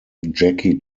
jackie